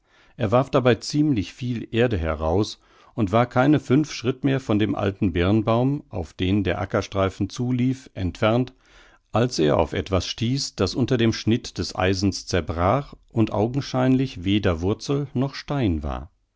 er warf dabei ziemlich viel erde heraus und war keine fünf schritt mehr von dem alten birnbaum auf den der ackerstreifen zulief entfernt als er auf etwas stieß das unter dem schnitt des eisens zerbrach und augenscheinlich weder wurzel noch stein war